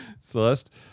celeste